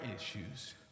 issues